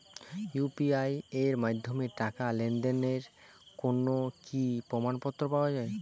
UPI এর মাধ্যমে টাকা লেনদেনের কোন কি প্রমাণপত্র পাওয়া য়ায়?